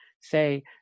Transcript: say